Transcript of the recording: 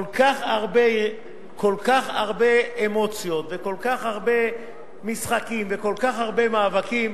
כל כך הרבה אמוציות וכל כך הרבה משחקים וכל כך הרבה מאבקים,